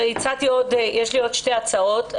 אבל יש לי עוד שתי הצעות.